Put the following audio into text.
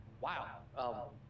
Wow